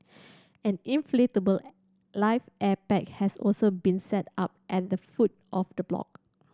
an inflatable life air pack has also been set up at the foot of the block